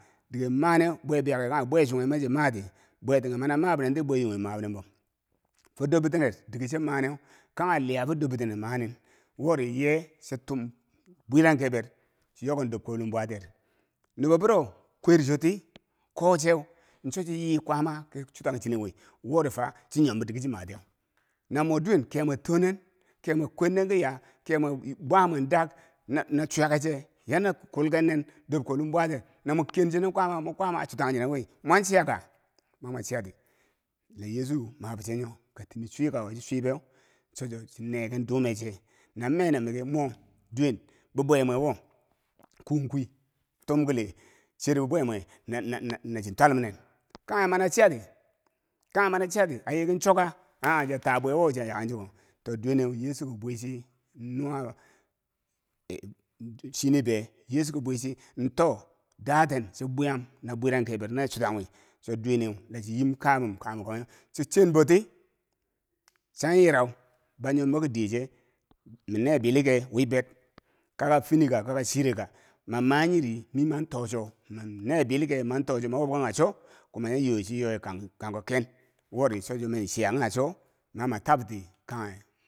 Dii ke maneu bwe biyaken kanghe bwe chonghe mana maati bwe tighe kanghe bwe yonghe ma binen bo fo dorbitene dike chi maneu kanghe lia fo dorbitener maning wo riye cho tuum bwiran kebar co yokendor chonglm bwatiyer nuboburo kwarchoti kocheu chocho yi kwaama ki chutangchinang wori fa chinyom bo dike chimatiteu, na mo duwen kemwe tomen kemwe kwernen ki ya kemwe bwa mwan dak na chwayake che yana kulkin nen dor kolum bwatiyer lana kenchinen kwaama achiyan chenenwe mwan chiyaka mana ciyati la yeechu mabuche nyo katimi chwikako chochwibe choneken dumechi na menen miki mo duwen bibwe mwa wo kunkwi tum kile cherbe bwe mwe na chin twalunen kanghe mana chiyati kanghe mana chiyati ayiki choka ah chia tabwe wo chia yaken chiko to duweneu yeechu ke bwechi nua chini be yeechu ki bwichi in to. o daten chobwayam na bwiran ker bwiran kerbero na chutanwi. Cho duweneu lachiyim kabum kwaamako cho chenboti chanyirau ban nyombo ki diye che mine bilike wibeth kaka finika kaka. a chireka manma yidi mimanto cho mane bilike man tocho man wabkankanghe cho kuma anyo ye kango ken wori michiya kanghe cho mama tabti kanghe.